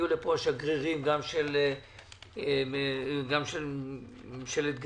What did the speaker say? הגיעו לפה השגרירים גם של ממשלת גרמניה,